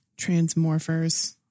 Transmorphers